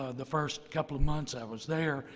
ah the first couple of months i was there,